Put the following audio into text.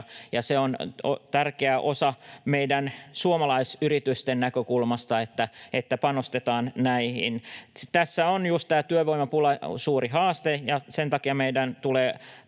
ja on tärkeää meidän suomalaisyritysten näkökulmasta, että panostetaan näihin. Tässä on just työvoimapula suuri haaste, ja sen takia meidän tulee